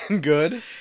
Good